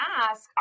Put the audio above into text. ask